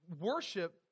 worship